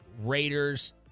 Raiders